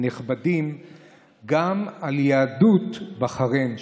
גם על יהדות בחריין,